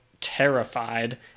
terrified